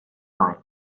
line